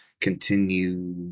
continue